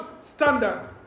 standard